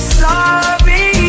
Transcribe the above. sorry